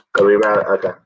Okay